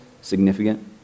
significant